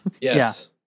Yes